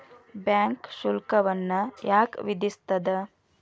Bank ಶುಲ್ಕವನ್ನ ಯಾಕ್ ವಿಧಿಸ್ಸ್ತದ?